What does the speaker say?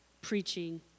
preaching